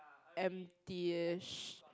empty ish